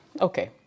Okay